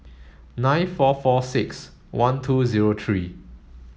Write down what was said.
nine four four six one two zero three